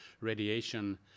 radiation